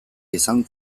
izan